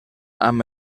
amb